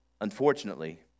Unfortunately